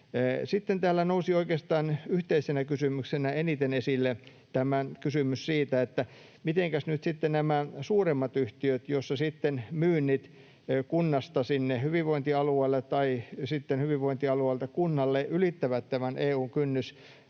täällä nousi oikeastaan yhteisenä kysymyksenä eniten esille kysymys siitä, mitenkäs nyt sitten nämä suurimmat yhtiöt, joissa myynnit kunnasta hyvinvointialueelle tai hyvinvointialueelta kunnalle ylittävät EU:n